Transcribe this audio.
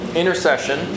intercession